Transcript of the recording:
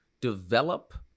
develop